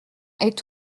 est